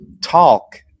talk